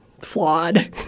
flawed